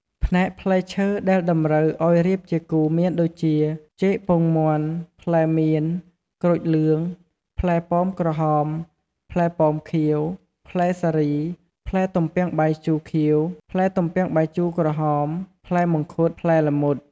ផ្នែកផ្លែឈើ ដែលតម្រូវអោយរៀបជាគូមានដូចជា ចេកពងមាន់ ផ្លែមៀន ក្រូចលឿង ផ្លែប៉ោមក្រហម ផ្លែប៉ោមខៀវ ផ្លែសារី ផ្លែទំពាំងបាយជូរខៀវ ផ្លែទំពាំងបាយជូរក្រហម ផ្លែមង្ឃុត ផ្លែល្មុត...។